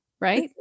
right